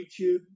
YouTube